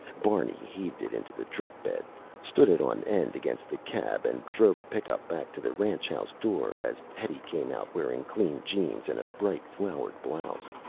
barney heaved it into the truck bed, stood it on end against the cab and drove the pickup back to the ranch house door as hetty came out wearing clean jeans and a bright, flowered blouse.